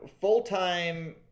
full-time